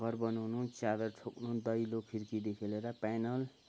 घर बनाउनु च्यादर ठोक्नु दैलो खिड्कीदेखि लिएर प्यानल